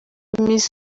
miss